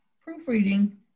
proofreading